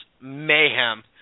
mayhem